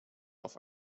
auf